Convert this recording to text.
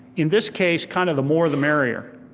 in this case, kind of the more the merrier.